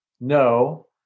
no